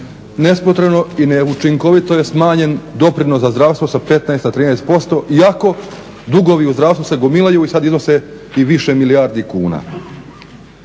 Nepotrebno i neučinkovito je smanjen doprinos za zdravstvo sa 15% na 13% iako dugovi u zdravstvu se gomilaju i sad iznose i više milijardi kuna.